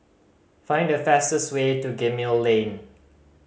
find the fastest way to Gemmill Lane